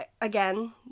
again